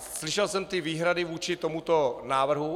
Slyšel jsem výhrady vůči tomuto návrhu.